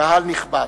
קהל נכבד,